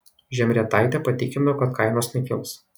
žemrietaitė patikino kad kainos nekils